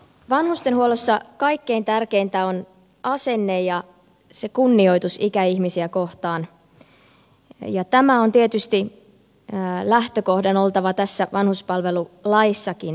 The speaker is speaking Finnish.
vanhustenhuollossa kaikkein tärkeintä on asenne ja kunnioitus ikäihmisiä kohtaan ja tämä on tietysti lähtökohdan oltava tässä vanhuspalvelulaissakin